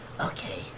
Okay